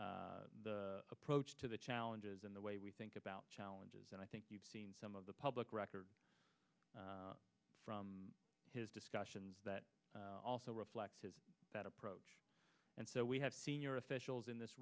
the approach to the challenges in the way we think about challenges and i think you've seen some of the public record from his discussions that also reflected that approach and so we have senior officials in this